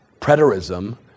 preterism